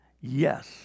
Yes